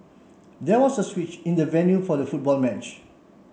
there was a switch in the venue for the football match